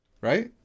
Right